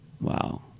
Wow